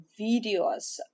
videos